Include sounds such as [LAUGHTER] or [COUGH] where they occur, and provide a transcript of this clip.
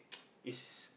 [NOISE] it's